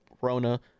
Rona